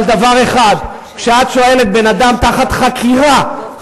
אבל דבר אחד: כשאת שואלת בן-אדם תחת חקירה,